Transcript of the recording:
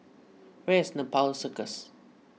where is Nepal Circus